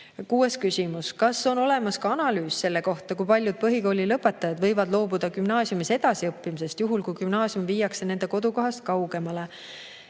Kuues küsimus: "Kas on olemas ka analüüs selle kohta, kui paljud põhikooli lõpetajad võivad loobuda gümnaasiumis edasi õppimisest juhul, kui gümnaasium viiakse nende kodukohast kaugemale?"